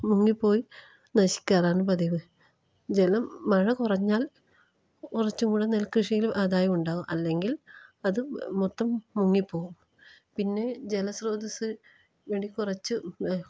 മുങ്ങിപ്പോയി നശിക്കാറാണ് പതിവ് ജലം മഴ കുറഞ്ഞാൽ കുറച്ചും കൂടി നെൽക്കൃഷിയിൽ ആദായം ഉണ്ടാകും അല്ലെങ്കിൽ അത് മൊത്തം മുങ്ങി പോകും പിന്നെ ജല സ്രോതസ്സ് വേണ്ടി കുറച്ച്